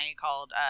called